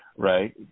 right